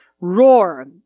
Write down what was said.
roar